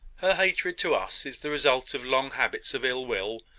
her hatred to us is the result of long habits of ill-will,